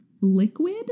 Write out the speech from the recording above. liquid